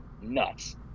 nuts